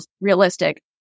realistic